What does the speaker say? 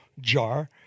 jar